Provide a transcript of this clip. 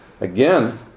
again